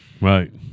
Right